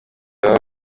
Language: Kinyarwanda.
baba